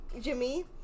Jimmy